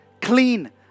clean